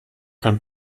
kein